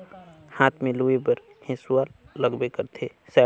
हाथ में लूए बर हेसुवा लगबे करथे